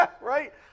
right